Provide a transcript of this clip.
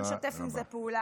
תודה רבה.